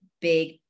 big